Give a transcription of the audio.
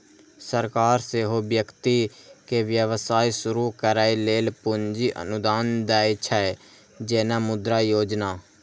सरकार सेहो व्यक्ति कें व्यवसाय शुरू करै लेल पूंजी अनुदान दै छै, जेना मुद्रा योजना